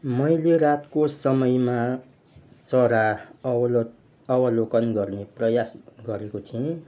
मैले रातको समयमा चरा अवलोक अवलोकन गर्ने प्रयास गरेको छु